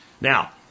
Now